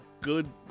good